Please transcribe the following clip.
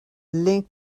link